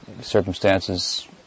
circumstances